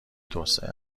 توسعه